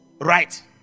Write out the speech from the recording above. Right